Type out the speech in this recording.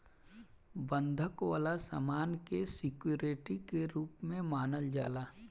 बंधक वाला सामान के सिक्योरिटी के रूप में मानल जाला